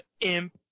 imp